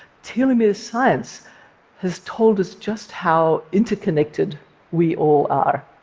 telomere science has told us just how interconnected we all are.